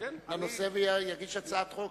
לנושא ויגיש הצעת חוק.